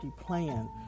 plan